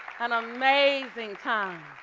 an amazing time.